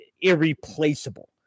irreplaceable